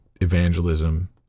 evangelism